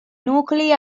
nuclei